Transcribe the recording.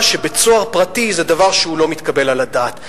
שבית-סוהר פרטי זה דבר שהוא לא מתקבל על הדעת.